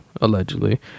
allegedly